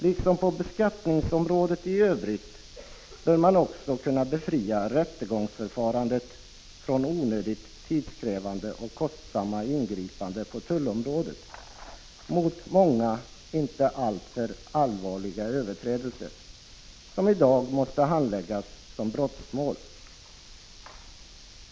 Liksom på beskattningsområdet i övrigt bör man också kunna befria rättegångsväsendet från onödigt tidskrävande och kostsamma ingripanden på tullområdet mot många inte alltför allvarliga överträdelser, som i dag måste handläggas som brottmål.